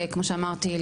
כמו שאמרתי,